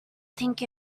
think